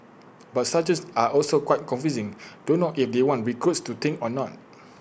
but sergeants are also quite confusing don't know if they want recruits to think or not